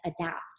adapt